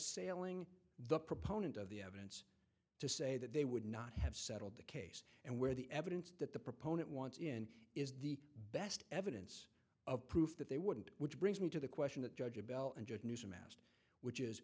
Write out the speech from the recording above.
sailing the proponent of the evidence to say that they would not have settled the case and where the evidence that the proponent wants in is the best evidence of proof that they wouldn't which brings me to the question that judge a bell and judge newsome asked which is